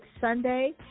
Sunday